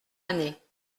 année